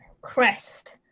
crest